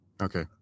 Okay